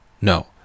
No